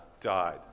died